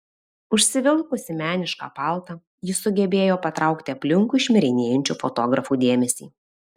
užsivilkusi menišką paltą ji sugebėjo patraukti aplinkui šmirinėjančių fotografų dėmesį